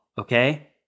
okay